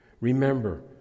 Remember